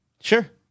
sure